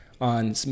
on